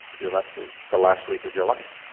your last week. the last week of your life.